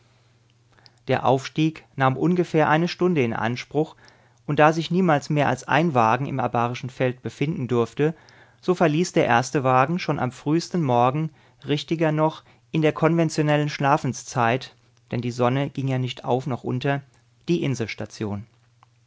der aufstieg nahm ungefähr eine stunde in anspruch und da sich niemals mehr als ein wagen im abarischen feld befinden durfte so verließ der erste wagen schon am frühsten morgen richtiger noch in der konventionellen schlafenszeit denn die sonne ging ja nicht auf noch unter die